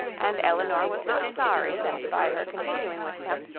and elinor was not sorry that by her continuing with them,